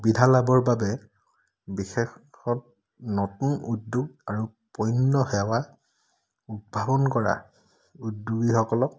সুবিধা লাভৰ বাবে বিশেষত নতুন উদ্যোগ আৰু পন্য সেৱা উদ্ভাৱন কৰা উদ্যোগীসকলক